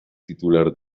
titular